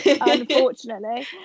Unfortunately